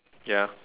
ya